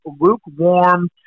lukewarm